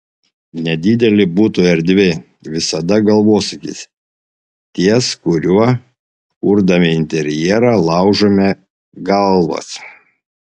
nedidelė buto erdvė visada galvosūkis ties kuriuo kurdami interjerą laužome galvas